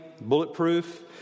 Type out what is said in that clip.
Bulletproof